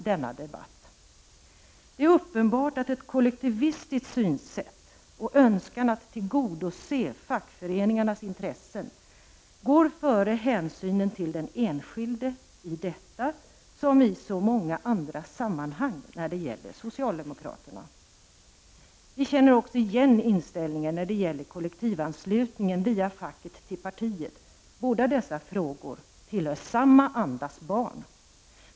Det är uppenbart att ett kollektivistiskt synsätt och önskan att tillgodose fackföreningarnas intressen går före hänsynen till den enskilde i detta som i så många andra sammanhang när det gäller socialdemokraterna. Vi känner också igen inställningen när det gäller kollektivanslutningen via facket till partiet. Båda dessa frågor tillhör samma andas barn.